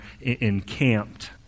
encamped